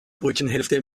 brötchenhälfte